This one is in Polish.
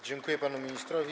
Dziękuję panu ministrowi.